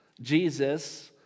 Jesus